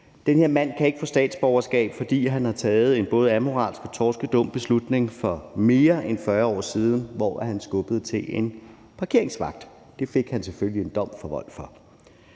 Den her mand kan ikke få statsborgerskab, fordi han har taget en både amoralsk og torskedum beslutning for mere end 40 år siden, hvor han skubbede til en parkeringsvagt. Det fik han selvfølgelig en dom for vold for.